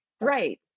Right